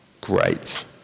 Great